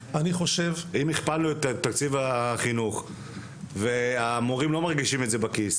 אם הכפלנו את תקציב החינוך והמורים לא מרגישים את זה בכיס